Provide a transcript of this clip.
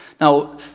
Now